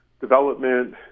development